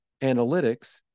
analytics